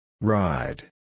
Ride